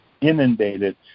inundated